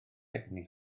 egni